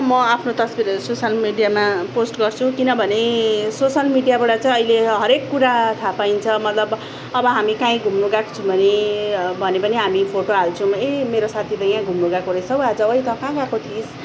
म आफ्नो तस्बिरहरू सोसल मिडियामा पोस्ट गर्छु किनभने सोसल मिडियाबाट चाहिँ अहिले हरेक कुरा थाहा पाइन्छ मतलब अब हामी कहीँ घुम्नु गएको छौँ भने भने पनि हामी फोटो हाल्छौँ ए मेरो साथी त यहाँ घुम्नु गएको रहेछ हौ आज ओई तँ कहाँ गएको थिइस्